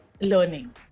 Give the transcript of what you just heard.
learning